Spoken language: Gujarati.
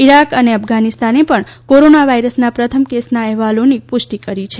ઇરાક અને અફધાનિસ્તાને પણ કોરોના વાયરસના પ્રથમ કેસના અહેવાલોની પુષ્ટિ કરી છે